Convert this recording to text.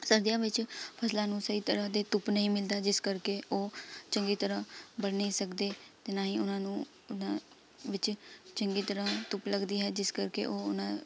ਸਰਦੀਆਂ ਵਿੱਚ ਫਸਲਾਂ ਨੂੰ ਸਹੀ ਤਰ੍ਹਾਂ ਦੀ ਧੁੱਪ ਨਹੀਂ ਮਿਲਦਾ ਜਿਸ ਕਰਕੇ ਉਹ ਚੰਗੀ ਤਰ੍ਹਾਂ ਵੱਢ ਨਹੀਂ ਸਕਦੇ ਅਤੇ ਨਾ ਹੀ ਉਹਨਾਂ ਨੂੰ ਉਨ੍ਹਾਂ ਵਿੱਚ ਚੰਗੀ ਤਰ੍ਹਾਂ ਧੁੱਪ ਲੱਗਦੀ ਹੈ ਜਿਸ ਕਰਕੇ ਉਹ ਉਨ੍ਹਾਂ